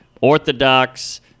orthodox